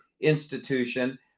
institution